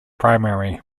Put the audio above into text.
primary